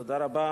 תודה רבה.